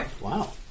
Wow